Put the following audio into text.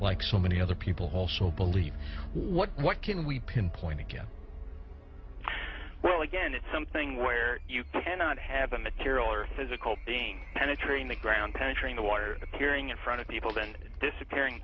like so many other people also believe what can we pinpoint again well again it's something where you cannot have a material or physical being penetrating the ground penetrating the water appearing in front of people and disappearing